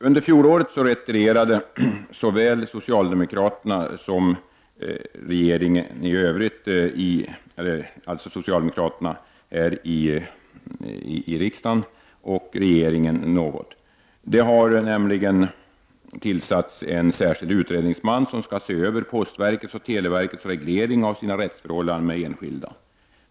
Under fjolåret retirerade socialdemokraterna här i riksdagen och regeringen något. Det har nämligen tillsatts en särskild utredningsman, som skall se över postverkets och televerkets reglering av sina rättsförhållanden med enskilda.